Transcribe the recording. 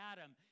Adam